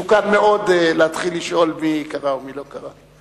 מסוכן מאוד להתחיל לשאול מי קרא ומי לא קרא.